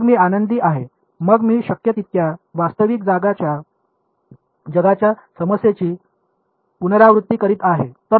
मग मी आनंदी आहे मग मी शक्य तितक्या वास्तविक जगाच्या समस्येची पुनरावृत्ती करीत आहे